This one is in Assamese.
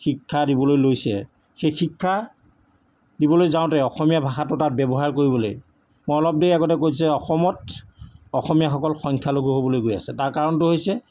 শিক্ষা দিবলৈ লৈছে সেই শিক্ষা দিবলৈ যাওঁতে অসমীয়া ভাষাটো তাত ব্যৱহাৰ কৰিবলৈ মই অলপ দেৰি আগতে কৈছোঁ যে অসমত অসমীয়াসকল সংখ্যালঘু হ'বলৈ গৈ আছে তাৰ কাৰণটো হৈছে